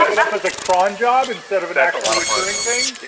and up as a cron job, instead of an actual recurring thing.